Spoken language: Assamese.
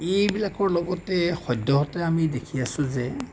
এইবিলাকৰ লগতে সদ্যহতে আমি দেখি আছোঁ যে